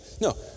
No